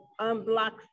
unblocks